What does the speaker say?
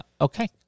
okay